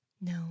No